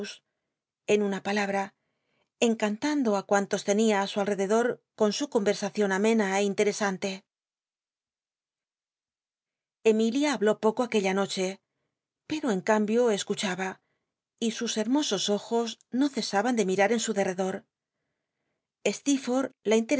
en una palabra encantando ü cuantos á su alrededor con su conversación amena ó intc csanl emilia habló poco aquella noche pero en cambio escncbaba y sus hermosos ojos no cesaban de mirar en su derredor